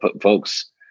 folks